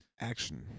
Action